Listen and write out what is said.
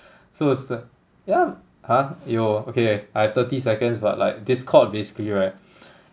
so it's uh yeah !huh! yo okay I have thirty seconds but like discord basically right